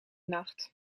nacht